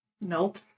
Nope